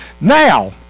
Now